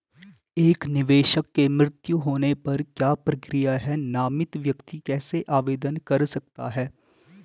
एक निवेशक के मृत्यु होने पर क्या प्रक्रिया है नामित व्यक्ति कैसे आवेदन कर सकता है?